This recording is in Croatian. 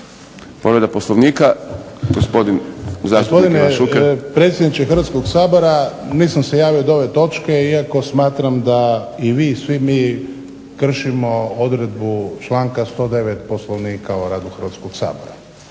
povreda Poslovnika, gospodin zastupnik Ivan Šuker. **Šuker, Ivan (HDZ)** Gospodine predsjedniče Hrvatskoga sabora. Nisam se javio do ove točke iako smatram da i vi i svi mi kršimo odredbu članka 109. Poslovnika o radu Hrvatskog sabora.